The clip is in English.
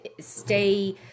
stay